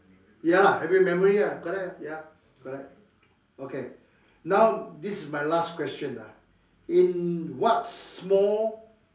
ya happy memory lah correct lah ya correct okay now this is my last question ah in what small